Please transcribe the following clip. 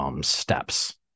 steps